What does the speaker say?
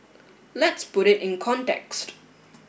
let's put it in context